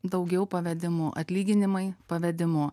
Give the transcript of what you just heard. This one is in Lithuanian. daugiau pavedimų atlyginimai pavedimu